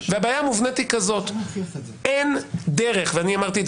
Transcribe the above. והבעיה המובנית היא כזאת: אין דרך ואני אמרתי את